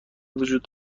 وجود